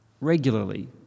regularly